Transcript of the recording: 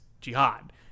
jihad